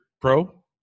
pro